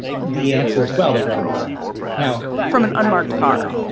the answer is, well, they ran away now from an unmarked car,